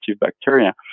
bacteria